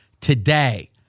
today